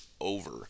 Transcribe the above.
over